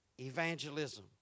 evangelism